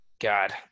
God